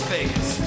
Vegas